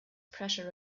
pressure